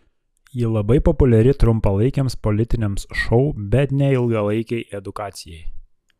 ji labai populiari trumpalaikiams politiniams šou bet ne ilgalaikei edukacijai